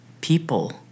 people